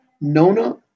Nona